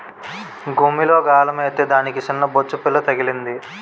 గుమ్మిలో గాలమేత్తే దానికి సిన్నబొచ్చుపిల్ల తగిలింది